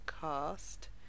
cast